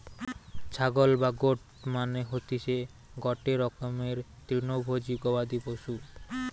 ছাগল বা গোট মানে হতিসে গটে রকমের তৃণভোজী গবাদি পশু